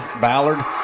Ballard